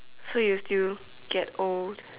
so you will still get old